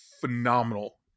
phenomenal